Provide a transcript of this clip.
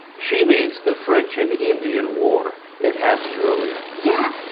she means the french and indian war. it happened earlier. yeah,